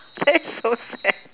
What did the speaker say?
that's so sad